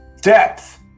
Depth